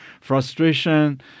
frustration